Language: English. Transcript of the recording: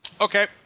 Okay